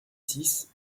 six